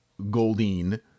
Goldine